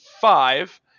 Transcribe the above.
five